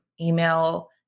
email